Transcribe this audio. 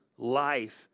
life